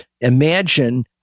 Imagine